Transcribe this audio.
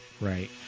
right